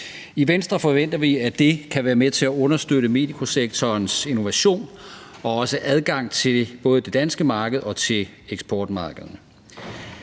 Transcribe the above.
I Venstre forventer vi, at det kan være med til at understøtte medikosektorens innovation og også adgang til både det danske marked og til eksportmarkederne.